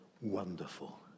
wonderful